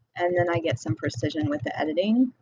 and and i get some precision with the editing.